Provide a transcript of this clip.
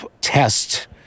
test